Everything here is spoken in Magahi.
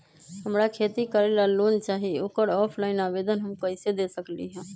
हमरा खेती करेला लोन चाहि ओकर ऑफलाइन आवेदन हम कईसे दे सकलि ह?